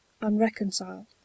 unreconciled